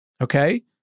Okay